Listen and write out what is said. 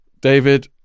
David